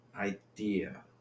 idea